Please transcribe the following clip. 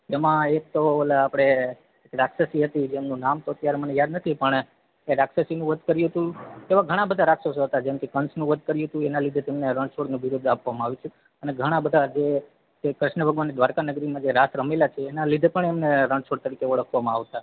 એમાં એક તો ઓલા આપણે રાક્ષસી હતી જેમનું નામ તો અત્યારે મને યાદ નથી પણ એ રાક્ષસીનું વધ કર્યું હતું એવા ઘણા બધા રાક્ષસો હતા જેમ કે કંસનું વધ કર્યું હતું તેના લીધે તેમને રણછોડનું બિરુદ આપવામાં આવ્યું છે અને ઘણા બધા જે જે કૃષ્ણ ભગવાને દ્વારકા નગરીમાં જે રાસ રમેલા છે તેના લીધે પણ એમને રણછોડ તરીકે ઓળખવામાં આવતા